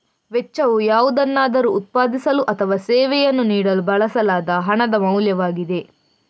ವೆಚ್ಚವು ಯಾವುದನ್ನಾದರೂ ಉತ್ಪಾದಿಸಲು ಅಥವಾ ಸೇವೆಯನ್ನು ನೀಡಲು ಬಳಸಲಾದ ಹಣದ ಮೌಲ್ಯವಾಗಿದೆ